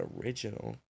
original